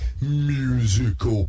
musical